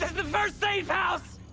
the first safe house!